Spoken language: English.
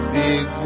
big